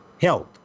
Health